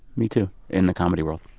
metoo, in the comedy world?